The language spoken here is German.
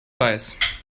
weiß